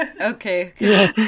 okay